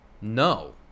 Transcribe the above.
No